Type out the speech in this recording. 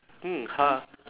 mm ha~